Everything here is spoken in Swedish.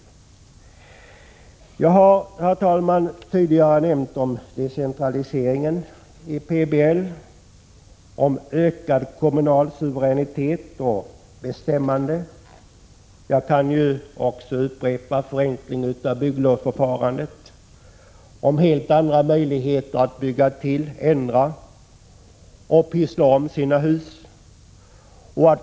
Herr talman! Jag har tidigare nämnt om förslagen i PBL till decentralisering, till ökad kommunal suveränitet och bestämmanderätt, och jag kan också upprepa att förslaget också omfattar förenkling av bygglovsförfarandet. Det ger helt andra möjligheter att bygga till, ändra och pyssla om sina hus.